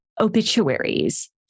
obituaries